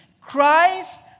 christ